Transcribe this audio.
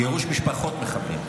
גירוש משפחות מחבלים.